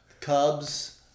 Cubs